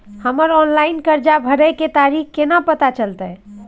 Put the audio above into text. हमर ऑनलाइन कर्जा भरै के तारीख केना पता चलते?